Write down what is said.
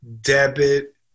debit